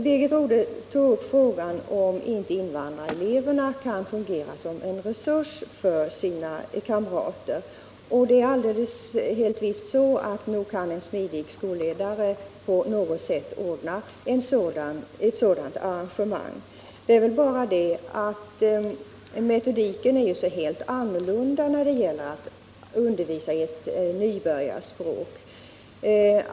Birgit Rodhe tog upp frågan om inte invandrarelever kan fungera som en resurs för sina svenska kamrater. Helt visst kan en smidig skolledare på något sätt åstadkomma ett sådant arrangemang. Det är väl bara det att metodiken är en helt annan när det gäller att undervisa i ett nybörjarspråk.